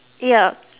ya